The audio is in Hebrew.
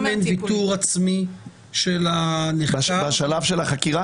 אין ויתור עצמי של הנחקר --- בשלב של החקירה?